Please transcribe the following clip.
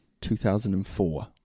2004